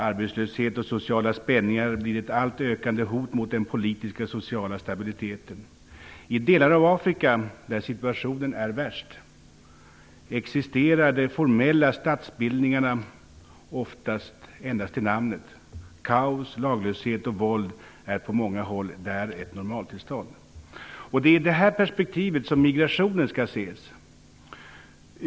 Arbetslöshet och sociala spänningar blir ett allt ökande hot mot den politiska och sociala stabiliteten. I delar av Afrika, där situationen är värst, existerar de formella statsbildningarna oftast endast till namnet. Kaos, laglöshet och våld är på många håll där ett normaltillstånd. Det är i detta perspektiv som migrationen skall ses.